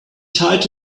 tied